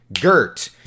Gert